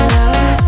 love